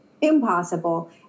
impossible